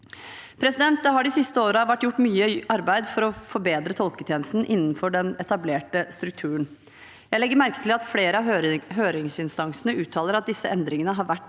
Det har de siste årene vært gjort mye arbeid for å forbedre tolketjenesten innenfor den etablerte strukturen. Jeg legger merke til at flere av høringsinstansene uttaler at disse endringene har vært